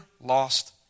lost